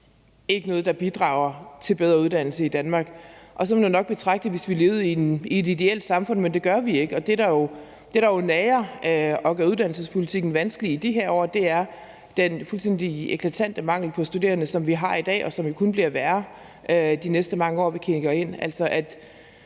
ikke er noget, der bidrager til bedre uddannelse i Danmark. Sådan kunne man nok betragte det, hvis vi levede i et ideelt samfund, men det gør vi ikke. Det, der jo gør uddannelsespolitikken vanskelig i de her år, er den fuldstændig eklatante mangel på studerende, som vi har i dag, og som jo kun bliver værre de næste mange år, vi ser ind